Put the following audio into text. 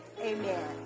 Amen